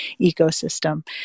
ecosystem